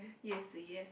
yes yes